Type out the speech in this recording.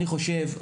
אני חושב,